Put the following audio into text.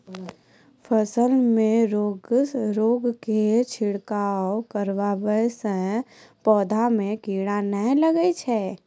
फसल मे रोगऽर के छिड़काव करला से पौधा मे कीड़ा नैय लागै छै?